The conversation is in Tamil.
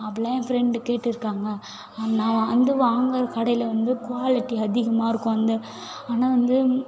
அப்படிலாம் என் ஃப்ரெண்டு கேட்டு இருக்காங்க நான் வந்து வாங்குகிற கடையில் வந்து குவாலிட்டி அதிகமாக இருக்கும் அந்த ஆனால் வந்து